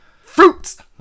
fruits